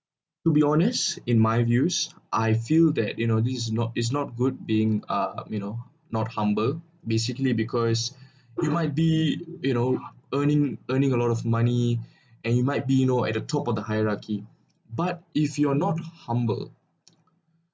to be honest in my views I feel that you know these is not is not good being ah um you know not humble basically because we might be you know earning earning a lot of money and you might be you know at a top of the hierarchy but if you're not humble